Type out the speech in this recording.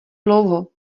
dlouho